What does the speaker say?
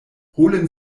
holen